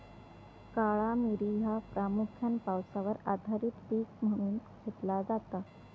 काळा मिरी ह्या प्रामुख्यान पावसावर आधारित पीक म्हणून घेतला जाता